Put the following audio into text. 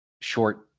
short